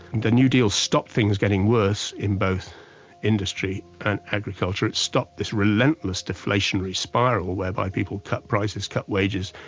the new deal stopped things getting worse in both industry and agriculture it stopped this relentless deflationary spiral whereby people cut prices, cut wages,